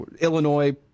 Illinois